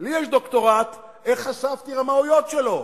לי יש דוקטורט איך חשפתי רמאויות שלו.